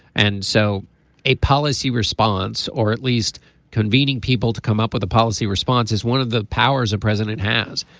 and so a policy response or at least convening people to come up with a policy response is one of the powers a president has.